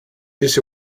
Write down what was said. this